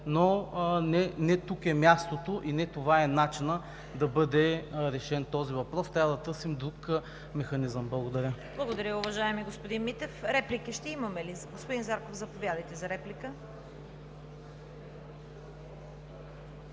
но не тук е мястото и не това е начинът да бъде решен този въпрос, трябва да търсим друг механизъм. Благодаря. ПРЕДСЕДАТЕЛ ЦВЕТА КАРАЯНЧЕВА: Благодаря, уважаеми господин Митев. Реплики ще има ли? Господин Зарков, заповядайте за реплика.